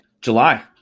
July